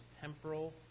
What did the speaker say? temporal